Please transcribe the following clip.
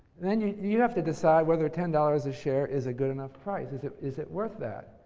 then, you you have to decide whether ten dollars a share is a good enough price. is it is it worth that?